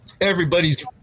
Everybody's